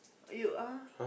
you are